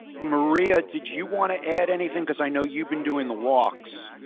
maria, did you want to add anything, because i know you've been doing the walks